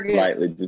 slightly